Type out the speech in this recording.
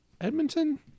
Edmonton